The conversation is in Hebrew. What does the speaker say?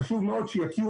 חשוב מאוד שיכירו,